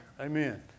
Amen